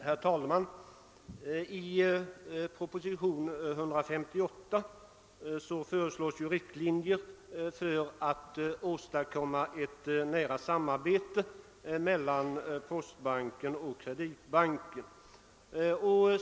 Herr talman! I propositionen 158 föreslås riktlinjer för att åstadkomma ett nära samarbete mellan postbanken och Kreditbanken.